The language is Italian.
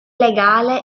legale